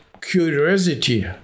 curiosity